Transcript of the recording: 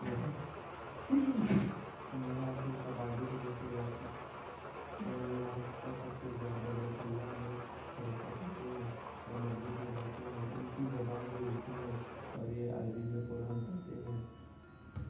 یہاں یہاں کے قبائلی گروہ سے واقف یہاں پہ سب سے زیادہ لوگ اللہ میں بھروسہ کرتے ہیں اور مسجد میں جاتے ہیں ان کی زبان بھی اردو ہے اور یہ عربی میں قرآن پڑھتے ہیں